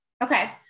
Okay